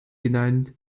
genannt